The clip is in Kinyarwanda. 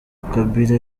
kabila